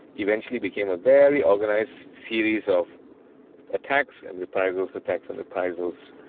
eventually became a very organised series of attacks and reprisals, attacks and reprisals,